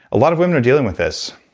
a lot of women are dealing with this.